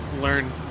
learn